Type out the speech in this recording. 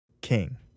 king